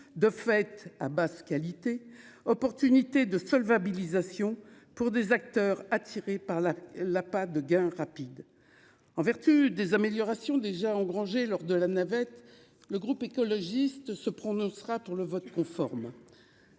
de fait à basse qualité opportunité de solvabilisation pour des acteurs attirés par la la pâte de gains rapides. En vertu des améliorations déjà engrangés lors de la navette. Le groupe écologiste se prononcera pour le vote conforme.